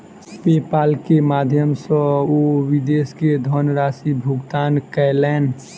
PayPal के माध्यम सॅ ओ विदेश मे धनराशि भुगतान कयलैन